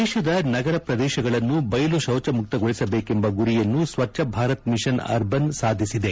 ದೇಶದ ನಗರ ಪ್ರದೇಶಗಳನ್ನು ಬಯಲು ಶೌಚ ಮುಕ್ತಗೊಳಿಸಬೇಕೆಂಬ ಗುರಿಯನ್ನು ಸ್ವಚ್ಚ ಭಾರತ ಮಿಷನ್ ಅರ್ಬನ್ ಸಾಧಿಸಿದೆ